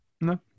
No